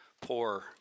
poor